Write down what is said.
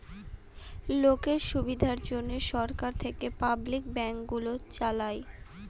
লোকের সুবিধার জন্যে সরকার থেকে পাবলিক ব্যাঙ্ক গুলো চালায়